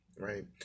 right